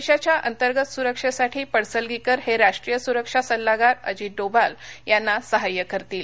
देशाच्या अंतर्गत सुरक्षेसाठी पडसलगीकर हे राष्ट्रीय सुरक्षा सल्लागार अजित डोभाल यांना सहाय्य करतील